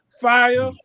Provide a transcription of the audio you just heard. fire